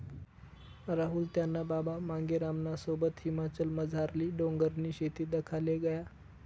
राहुल त्याना बाबा मांगेरामना सोबत हिमाचलमझारली डोंगरनी शेती दखाले गया